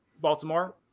Baltimore